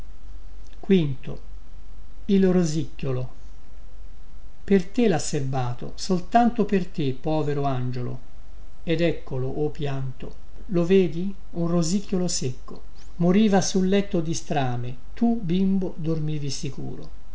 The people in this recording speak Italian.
scarpe davvio per te lha serbato soltanto per te povero angiolo ed eccolo o pianto lo vedi un rosicchiolo secco moriva sul letto di strame tu bimbo dormivi sicuro